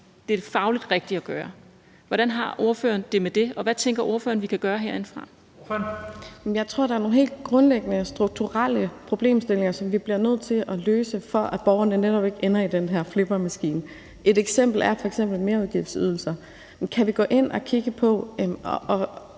næstformand (Leif Lahn Jensen): Ordføreren. Kl. 11:19 Sara Emil Baaring (S): Jeg tror, der er nogle helt grundlæggende strukturelle problemstillinger, som vi bliver nødt til at løse, for at borgerne netop ikke ender i den her flippermaskine. Et eksempel er merudgiftsydelser. Kan vi gå ind og kigge på